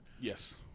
Yes